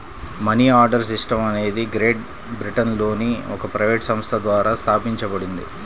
money order system అనేది great బ్రిటన్లోని ఒక ప్రైవేట్ సంస్థ ద్వారా స్థాపించబడింది